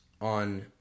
on